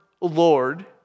Lord